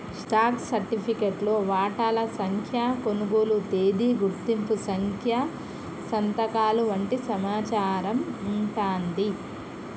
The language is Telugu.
స్టాక్ సర్టిఫికేట్లో వాటాల సంఖ్య, కొనుగోలు తేదీ, గుర్తింపు సంఖ్య సంతకాలు వంటి సమాచారం వుంటాంది